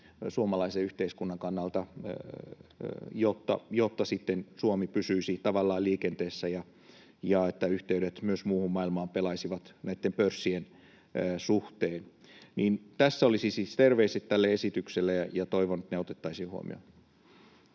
suomalaisen yhteiskunnan kannalta, jotta sitten Suomi pysyisi tavallaan liikenteessä ja yhteydet myös muuhun maailmaan pelaisivat näitten pörssien suhteen. Tässä olisivat siis terveiset tälle esitykselle, ja toivon, että ne otettaisiin huomioon.